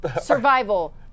survival